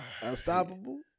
Unstoppable